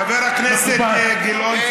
חבר הכנסת גילאון,